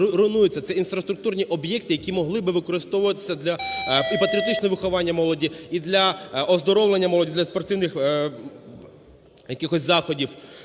ці інфраструктурні об'єкти, які могли би використовуватись для і патріотичного виховання молоді, і для оздоровлення молоді, для спортивних якихось